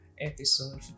episode